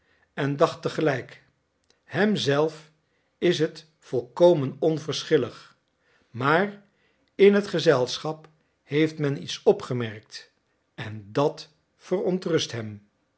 en dacht te gelijk hem zelf is het volkomen onverschillig maar in het gezelschap heeft men iets opgemerkt en dat verontrust hem